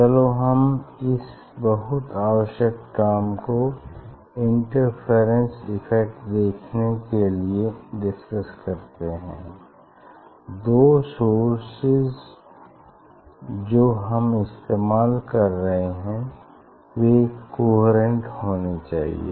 चलो हम इस बहुत आवश्यक टर्म को इंटरफेरेंस इफ़ेक्ट देखने के लिए डिस्कस करते हैं दो सोर्स जो हम इस्तेमाल कर रहे हैं वे कोहेरेंट होने चाहिए